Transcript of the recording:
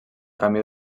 camí